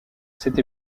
cette